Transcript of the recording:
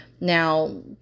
Now